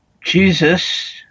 Jesus